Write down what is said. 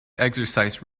exercise